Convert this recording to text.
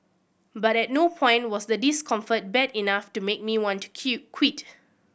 but at no point was the discomfort bad enough to make me want to Q quit